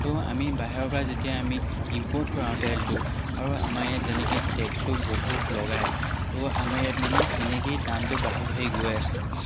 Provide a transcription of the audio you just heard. তো আমি বাহিৰৰ পৰা যেতিয়া আমি ইম্প'ৰ্ট কৰাওঁ তেলটো আৰু আমাৰ ইয়াত যেনেকৈ টেক্সো বহুত লগায় তো আমাৰ ইয়াত মানে সেনেকৈয়ে দামটো বাঢ়ি বাঢ়ি গৈ আছে